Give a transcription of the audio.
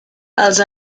els